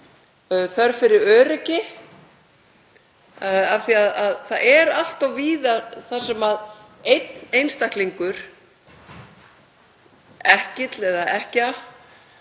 þörf fyrir öryggi af því að það er allt of víða þar sem einn einstaklingur, ekkill eða ekkja,